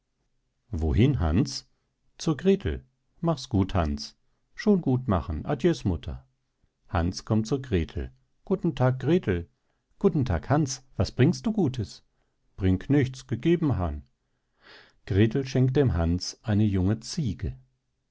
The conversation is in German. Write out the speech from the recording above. wohin hans zur grethel machs gut hans schon gut machen adies mutter hans kommt zur grethel guten tag grethel guten tag hans was bringst du gutes bring nichts gegeben han grethel schenkt dem hans eine junge ziege